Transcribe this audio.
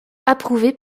approuvés